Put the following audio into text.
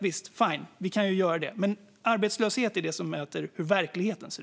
Visst, fine, vi kan göra det. Men arbetslöshet är det som mäter hur verkligheten ser ut.